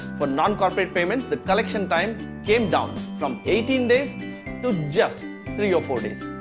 for non corporate payments the collection time came down from eighteen days to just three or four days